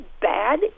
bad